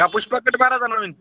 का पुष्पा कट माराजा नवीन